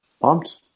Pumped